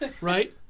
right